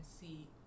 see